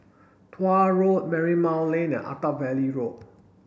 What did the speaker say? Tuah Road Marymount Lane Attap Valley Road